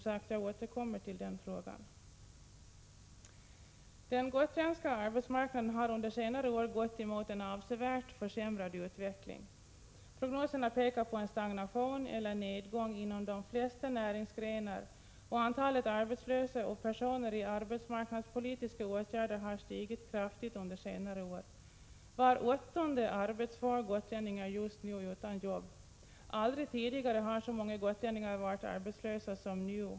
Men jag återkommer, som sagt, i denna fråga. Den gotländska arbetsmarknaden har under senare år gått emot en avsevärt försämrad utveckling. Prognoserna pekar på en stagnation eller nedgång inom de flesta näringsgrenar, och antalet arbetslösa och personer som är föremål för arbetsmarknadspolitiska åtgärder har stigit kraftigt under senare år. Var åttonde arbetsför gotlänning är just nu utan jobb; aldrig tidigare har så många gotlänningar varit arbetslösa som nu.